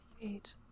Eight